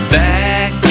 back